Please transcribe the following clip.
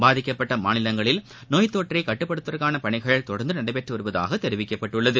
பாதிக்கப்பட்ட மாநிலங்களில் நோய்த் தொற்றைக் கட்டுப்படுத்துவதற்கான பணிகள் தொடர்ந்து நடைபெற்று வருவதாகத் தெரிவிக்கப்பட்டுள்ளது